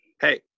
Hey